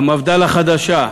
מפד"ל החדשה,